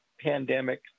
pandemic